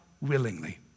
willingly